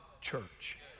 church